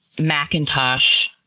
Macintosh